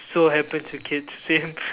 so happens with kids same